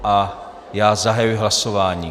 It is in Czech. A já zahajuji hlasování.